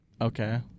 Okay